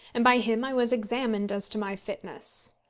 and by him i was examined as to my fitness.